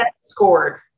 scored